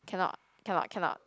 cannot cannot cannot